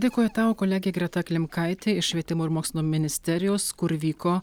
dėkoju tau kolegė greta klimkaitė iš švietimo ir mokslo ministerijos kur vyko